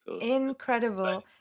Incredible